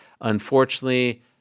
Unfortunately